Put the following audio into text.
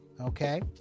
Okay